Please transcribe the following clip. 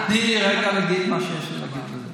תני לי רגע להגיד מה שיש לי להגיד על זה.